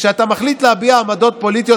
כשאתה מתחיל להביע עמדות פוליטיות,